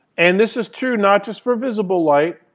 and this is true not just for visible light,